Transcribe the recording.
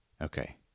Okay